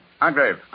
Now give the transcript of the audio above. Hargrave